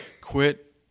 Quit